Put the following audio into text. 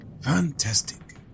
fantastic